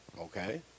Okay